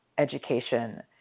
education